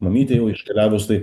mamytė jau iškeliavus tai